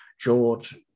George